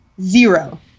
Zero